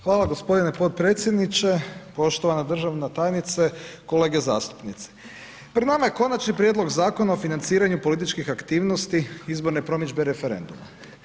Hvala g. potpredsjedniče, poštovana državna tajnice, kolege zastupnici, pred nama je Konačni prijedlog zakona o financiranju političkih aktivnosti, izborne promidžbe i referenduma.